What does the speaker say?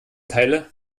teile